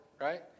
right